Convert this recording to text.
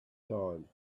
time